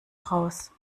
raus